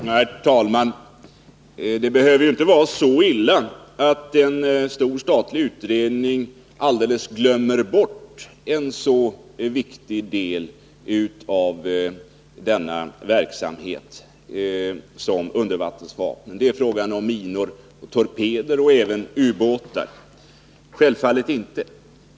Herr talman! Det behöver självfallet inte vara så illa, att en stor statlig utredning alldeles glömmer bort en så viktig del av denna verksamhet som undervattensvapnen, dvs. minor, torpeder och även ubåtsvapen.